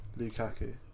Lukaku